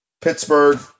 Pittsburgh